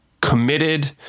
committed